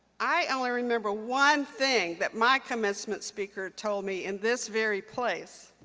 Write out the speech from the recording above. i only remember one thing that my commencement speaker told me in this very place.